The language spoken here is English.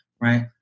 right